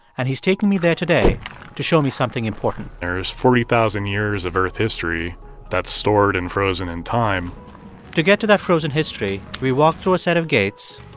and he's taking me there today to show me something important there's forty thousand years of earth history that's stored and frozen in time to get to that frozen history, we walk through a set of gates.